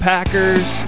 Packers